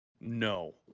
No